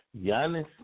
Giannis